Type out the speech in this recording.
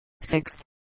Six